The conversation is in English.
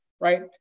Right